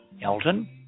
Elton